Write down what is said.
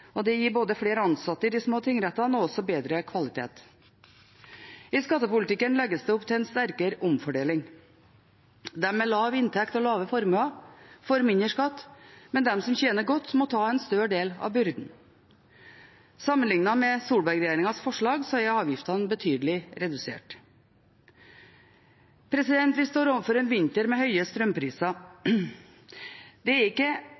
det kan ansettes flere. Det gir både flere ansatte i de små tingrettene og bedre kvalitet. I skattepolitikken legges det opp til en sterkere omfordeling. De med lav inntekt og lave formuer får mindre skatt, men de som tjener godt, må ta en større del av byrden. Sammenlignet med Solberg-regjeringens forslag er avgiftene betydelig redusert. Vi står overfor en vinter med høye strømpriser. Det er ikke